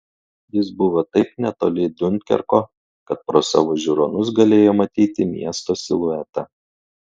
jis buvo taip netoli diunkerko kad pro savo žiūronus galėjo matyti miesto siluetą